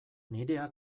nirea